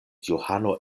johano